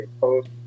post